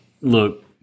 Look